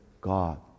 God